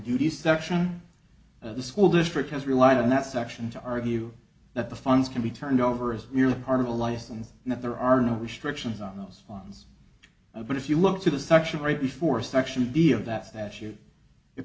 duties section of the school district has relied on that section to argue that the funds can be turned over as merely part of a license and that there are no restrictions on those fines but if you look to the section right before section b of that statute it